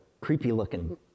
creepy-looking